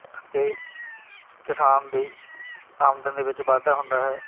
ਅਤੇ ਕਿਸਾਨ ਦੀ ਆਮਦਨ ਦੇ ਵਿੱਚ ਵਾਧਾ ਹੁੰਦਾ ਹੈ